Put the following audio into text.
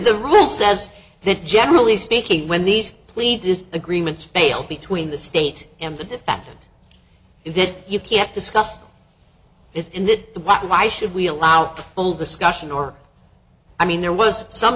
the rule says that generally speaking when these plea agreements fail between the state and the defendant is it you can't discuss it in that why should we allow full discussion or i mean there was some